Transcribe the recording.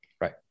Right